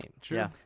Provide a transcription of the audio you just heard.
True